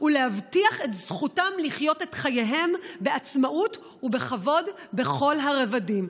ולהבטיח את זכותם לחיות את חייהם בעצמאות ובכבוד בכל הרבדים.